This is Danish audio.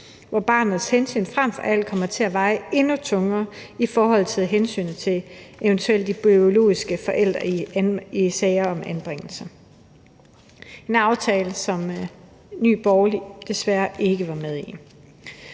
hvor hensynet til barnet kommer til at veje endnu tungere i forhold til hensynet til f.eks. de biologiske forældre i sager om anbringelser. Det er en aftale, som Nye Borgerlige desværre ikke er med i.